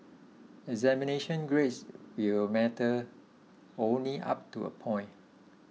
examination grades will matter only up to a point